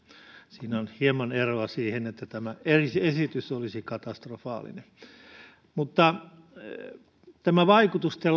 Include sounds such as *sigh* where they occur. siinä on hieman eroa siihen että tämä esitys olisi katastrofaalinen näiden vaikutusten *unintelligible*